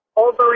over